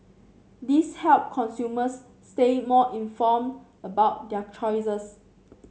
this help consumers stay more inform about their choices